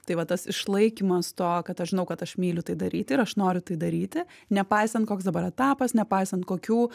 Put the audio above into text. tai va tas išlaikymas to kad aš žinau kad aš myliu tai daryti ir aš noriu tai daryti nepaisant koks dabar etapas nepaisant kokių